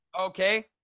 okay